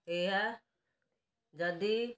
ଏହା ଯଦି